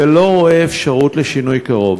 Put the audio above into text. ולא רואה אפשרות לשינוי קרוב.